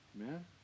Amen